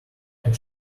had